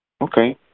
Okay